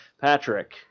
patrick